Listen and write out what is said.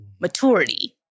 maturity